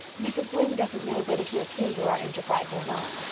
mrs. lynde doesn't know whether to approve of our enterprise or not.